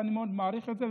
ואני מאוד מעריך את זה,